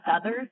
others